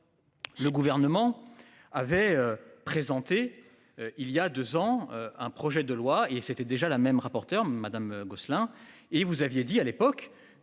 Le gouvernement avait présenté il y a 2 ans un projet de loi et c'était déjà la même rapporteur Madame Gosselin. Et vous aviez dit à l'époque